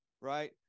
right